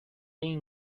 این